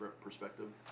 perspective